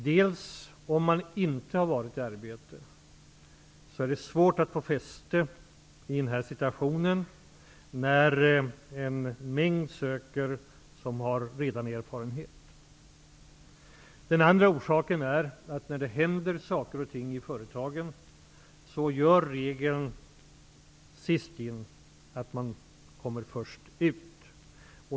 Den ena orsaken är att om man inte har varit i arbete är det svårt att få fäste på arbetsmarknaden i den här situationen, när en mängd människor som redan har erfarenhet söker jobben. Den andra orsaken är att när det händer saker och ting i företagen gör regeln ''sist in'' att man kommer först ut.